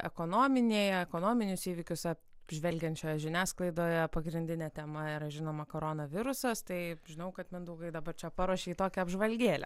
ekonominėje ekonominius įvykius apžvelgiančioje žiniasklaidoje pagrindinė tema yra žinoma corona virusas taip žinau kad mindaugai dabar čia paruošei tokią apžvalgėlę